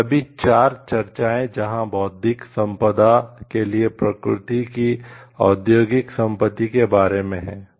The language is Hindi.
ये सभी 4 चर्चाएं जहां बौद्धिक संपदा के लिए प्रकृति की औद्योगिक संपत्ति के बारे में हैं